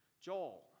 Joel